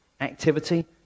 activity